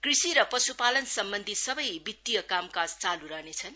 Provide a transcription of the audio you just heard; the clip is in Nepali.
कृषि र पश्पालनसम्बन्धी सबै वित्तिय कामकाज चाल् रहनेछन्